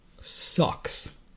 sucks